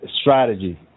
strategy